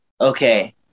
okay